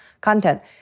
content